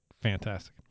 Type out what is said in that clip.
Fantastic